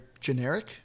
generic